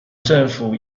政府